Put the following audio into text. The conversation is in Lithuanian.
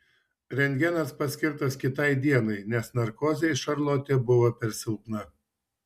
rentgenas paskirtas kitai dienai nes narkozei šarlotė buvo per silpna